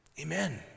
Amen